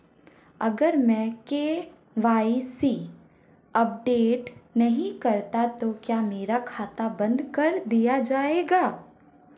अगर मैं KYC update नहीं करता तो क्या मेरा खाता बंद कर दिया जाएगा?